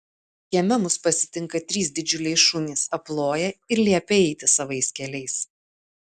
kieme mus pasitinka trys didžiuliai šunys aploja ir liepia eiti savais keliais